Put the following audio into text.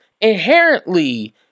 inherently